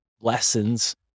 lessons